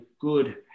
good